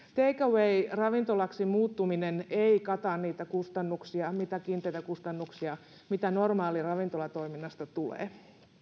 take away ravintolaksi muuttuminen ei kata niitä kustannuksia niitä kiinteitä kustannuksia mitä normaalista ravintolatoiminnasta tulee